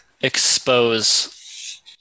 expose